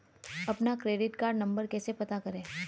अपना credit card number कैसे पता करें?